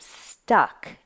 stuck